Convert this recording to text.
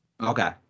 Okay